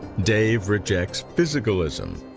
dave rejects physicalism,